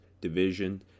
division